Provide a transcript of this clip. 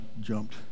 jumped